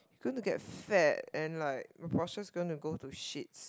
gonna get fat and like my posture's gonna go to shits